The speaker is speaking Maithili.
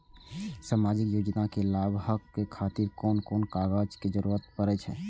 सामाजिक योजना के लाभक खातिर कोन कोन कागज के जरुरत परै छै?